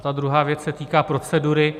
Ta druhá věc se týká procedury.